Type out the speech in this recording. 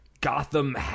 Gotham